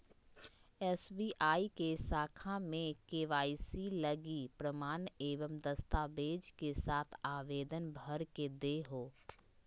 SBI के शाखा में के.वाई.सी लगी प्रमाण एवं दस्तावेज़ के साथ आवेदन भर के देहो